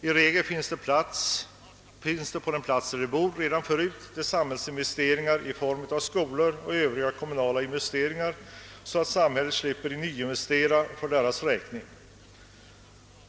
I regel har det på den plats där de bor redan förut gjorts samhällsinvesteringar i form av skolor och övriga kommunala investeringar, så att samhället slipper nyinvestera för deras räkning.